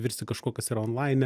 virsti kažkuo kas yra onlaine